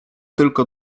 tylko